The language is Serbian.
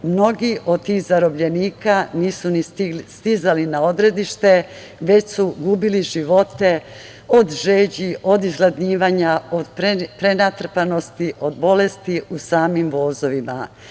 Mnogi od tih zarobljenika nisu ni stizali na odredište, već su gubili živote od žeći, od izgladnjivanja, od prenatrpanosti, od bolesti u samim vozovima.